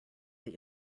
that